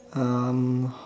um